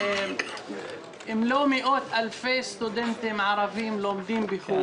אם לא מאות-אלפי סטודנטים ערביים לומדים בחו"ל,